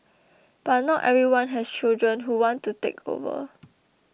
but not everyone has children who want to take over